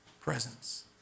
presence